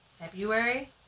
February